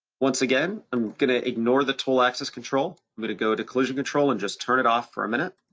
once again, i'm gonna ignore the tool axis control. i'm gonna go to collision control and just turn it off for a minute.